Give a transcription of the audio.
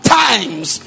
times